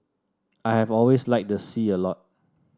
I have always liked the sea a lot